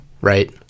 Right